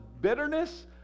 Bitterness